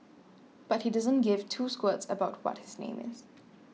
but he doesn't give two squirts about what his name is